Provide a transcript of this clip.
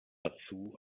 dazu